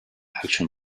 action